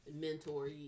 mentor